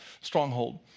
stronghold